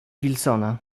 wilsona